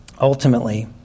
ultimately